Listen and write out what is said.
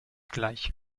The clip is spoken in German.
gleich